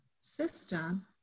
system